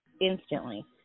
instantly